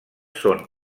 són